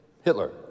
Hitler